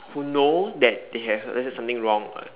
who know that they have let's say something wrong